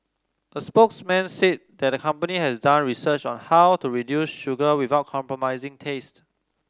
a spokesman said the company has done research on how to reduce sugar without compromising taste